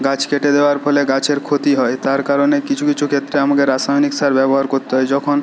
গাছ কেটে দেওয়ার ফলে গাছের ক্ষতি হয় তার কারণে কিছু কিছু ক্ষেত্রে আমাকে রাসায়নিক সার ব্যবহার করতে হয় যখন